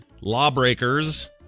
Lawbreakers